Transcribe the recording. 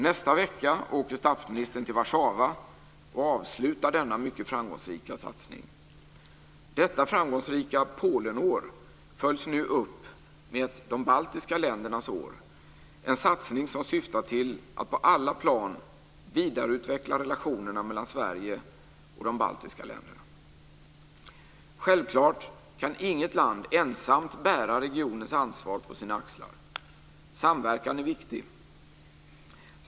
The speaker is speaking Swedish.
Nästa vecka åker statsministern till Warszawa och avslutar denna mycket framgångsrika satsning. Detta framgångsrika Polenår följs nu upp med de baltiska ländernas år, en satsning som syftar till att på alla plan vidareutveckla relationerna mellan Sverige och de baltiska länderna. Självklart kan inget land ensamt bära regionens ansvar på sina axlar. Samverkan är viktig.